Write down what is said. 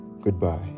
Goodbye